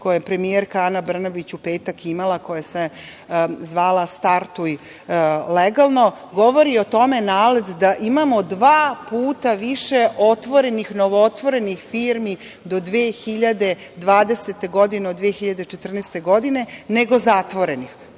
koju je premijerka Ana Brnabić u petak imala koja se zvala „Startuj legalno“, govori o tome NALED, da imamo dva puta više otvorenih, novootvorenih firmi do 2020. godine, od 2014. godine, nego zatvorenih.